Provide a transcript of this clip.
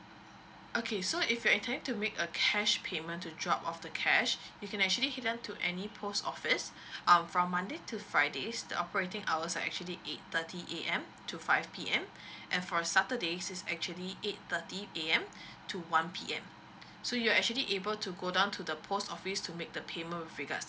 okay so if you're intending to make a cash payment to drop off the cash you can actually pay them to any post office um from monday to fridays the operating hours are actually eight thirty A_M to five P_M and for saturdays is actually eight thirty A_M to one P_M so you're actually able to go down to the post office to make the payment with regards